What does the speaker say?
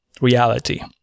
reality